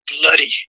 bloody